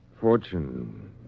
Fortune